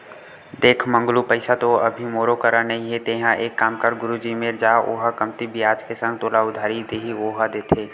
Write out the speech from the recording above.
देख मंगलू पइसा तो अभी मोरो करा नइ हे तेंहा एक काम कर गुरुजी मेर जा ओहा कमती बियाज के संग तोला उधारी दिही ओहा देथे